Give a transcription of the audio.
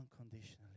unconditionally